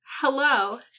Hello